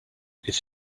it’s